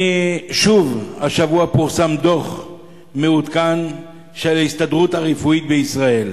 השבוע פורסם דוח מעודכן של ההסתדרות הרפואית בישראל,